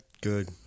Good